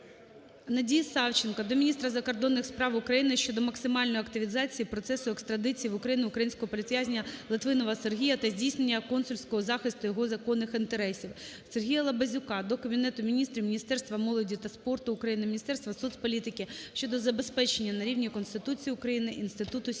Надії Савченко до міністра закордонних справ України щодо максимальної активізації процесу екстрадиції в Україну українського політв'язня - Литвинова Сергія Миколайовича та здійснення консульського захисту його законних інтересів. Сергія Лабазюка до Кабінету Міністрів, Міністерства молоді та спорту України, Міністерства соцполітики щодо забезпечення на рівні Конституції України інституту сім'ї.